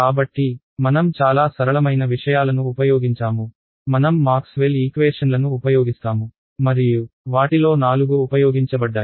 కాబట్టి మనం చాలా సరళమైన విషయాలను ఉపయోగించాము మనం మాక్స్వెల్ ఈక్వేషన్లను ఉపయోగిస్తాము మరియు వాటిలో నాలుగు ఉపయోగించబడ్డాయి